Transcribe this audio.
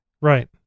Right